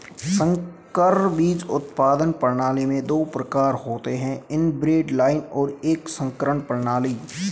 संकर बीज उत्पादन प्रणाली में दो प्रकार होते है इनब्रेड लाइनें और एक संकरण प्रणाली